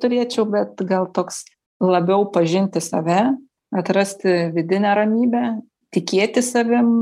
turėčiau bet gal toks labiau pažinti save atrasti vidinę ramybę tikėti savim